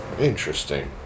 Interesting